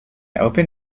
open